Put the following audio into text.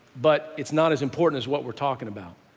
but it's not as important as what we're talking about.